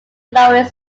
loraine